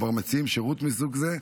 כבר מציעים שירות מסוג זה,